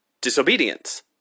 disobedience